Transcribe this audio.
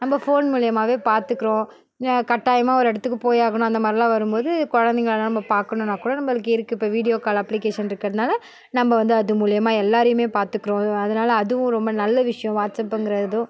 நம்ம ஃபோன் மூலிமாவே பார்த்துக்குறோம் கட்டாயமாக ஒரு இடத்துக்குப் போயாகணும் அந்த மாதிரில்லாம் வரும் போது குழந்தைங்க அழாமல் பார்க்கணுன்னா கூட நம்மளுக்கு இருக்குது இப்போது வீடியோ கால் அப்ளிக்கேஷன் இருக்குறதுனால் நம்ம வந்து அது மூலிமா எல்லோரையுமே பார்த்துக்குறோம் அதனால் அதுவும் ரொம்ப நல்ல விஷியம் வாட்சப்புங்கிறதும்